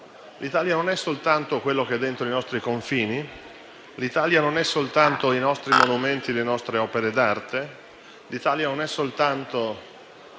L'Italia non è soltanto quello che è dentro i nostri confini, l'Italia non è soltanto i nostri monumenti e le nostre opere d'arte, l'Italia non è soltanto